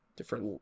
Different